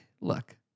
look